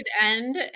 end